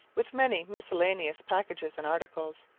with many miscellaneous packages and articles,